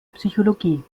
psychologie